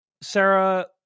Sarah